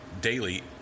daily